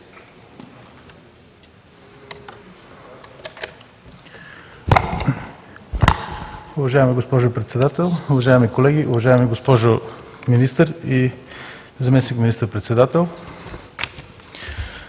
Уважаема госпожо Председател, уважаеми колеги, уважаема госпожо Заместник министър-председател!